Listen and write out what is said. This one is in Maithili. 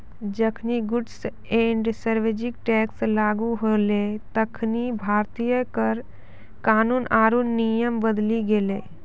जखनि गुड्स एंड सर्विस टैक्स लागू होलै तखनि भारतीय कर कानून आरु नियम बदली गेलै